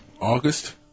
August